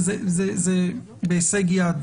וזה בהישג יד.